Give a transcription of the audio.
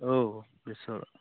औ बेसर